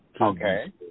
Okay